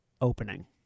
opening